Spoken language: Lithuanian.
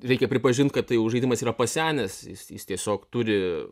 reikia pripažint kad tai jau žaidimas yra pasenęs jis jis tiesiog turi